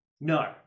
No